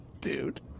Dude